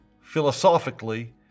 Philosophically